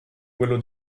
quello